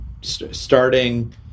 starting